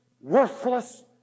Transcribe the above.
worthless